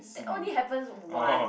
that only happens once